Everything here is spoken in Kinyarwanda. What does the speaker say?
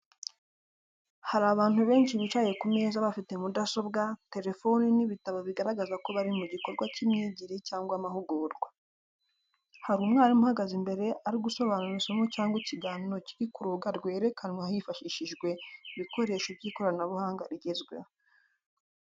Hari abantu benshi bicaye ku meza bafite mudasobwa, telefoni, n’ibitabo, bigaragaza ko bari mu gikorwa cy’imyigire cyangwa amahugurwa. Hari umwarimu uhagaze imbere ari gusobanura isomo cyangwa ikiganiro kiri ku rubuga rwerekanwa hifashishijwe ibikoresho by'ikoranabuhanga rigezweho.